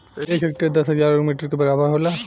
एक हेक्टेयर दस हजार वर्ग मीटर के बराबर होला